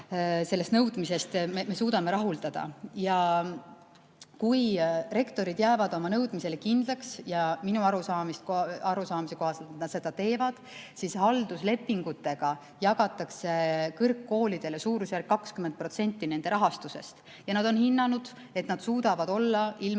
sellest nõudmisest me suudame rahuldada. Kui rektorid jäävad oma nõudmisele kindlaks – ja minu arusaamise kohaselt nad seda teevad –, siis halduslepingutega jagatakse kõrgkoolidele suurusjärk 20% nende rahastusest ja nad on hinnanud, et nad suudavad olla ilma